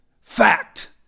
fact